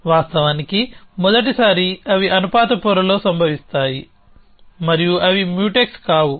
వాస్తవానికి మొదటిసారి అవి అనుపాత పొరలో సంభవిస్తాయి మరియు అవి మ్యూటెక్స్ కావు